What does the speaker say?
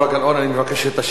אני מבקש שתשיבי לי,